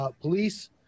Police